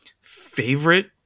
favorite